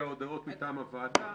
ההודעות מטעם הוועדה.